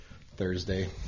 Thursday